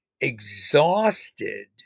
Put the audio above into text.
exhausted